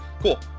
Cool